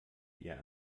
ihr